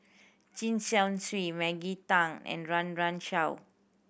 Chen Chong Swee Maggie Teng and Run Run Shaw